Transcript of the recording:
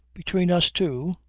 between us two?